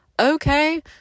okay